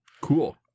Cool